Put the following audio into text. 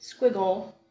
squiggle